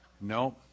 No